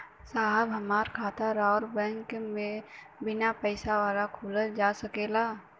साहब का हमार खाता राऊर बैंक में बीना पैसा वाला खुल जा सकेला?